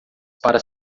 para